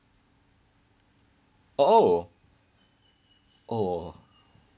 oh oh